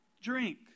drink